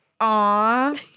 Aw